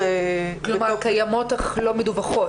כלומר קיימות אך לא מדווחות.